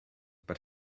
but